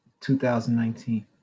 2019